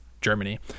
Germany